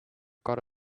got